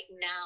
now